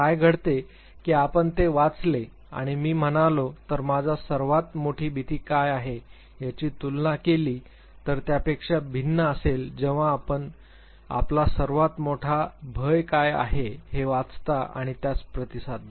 काय घडते की आपण ते वाचले आणि मी म्हणालो तर माझा सर्वात मोठा भीती काय आहे याची तुलना केली तर त्यापेक्षा भिन्न असेल जेव्हा आपण आपला सर्वात मोठा भय काय आहे हे वाचता आणि आपण त्यास प्रतिसाद देता